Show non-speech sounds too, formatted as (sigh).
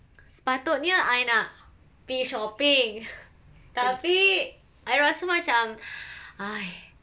sepatutnya I nak pergi shopping (breath) tapi I rasa macam (breath) !hais!